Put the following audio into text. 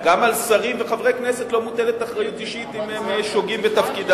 גם על שרים ועל חברי כנסת לא מוטלת אחריות אישית אם הם שוגים בתפקידם.